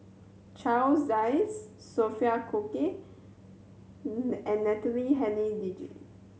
Charles Dyce Sophia Cooke and Natalie Hennedige